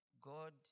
God